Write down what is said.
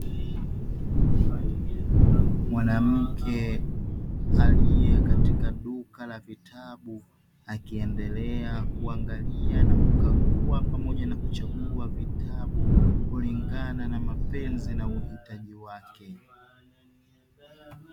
Mwanamke aliye katika duka la vitabu akiendelea kuangalia na kukagua pamoja na kuchagua vitabu kulingana na mapenzi na uhitaji wake.